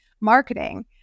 marketing